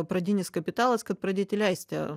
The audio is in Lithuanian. pradinis kapitalas kad pradėti leisti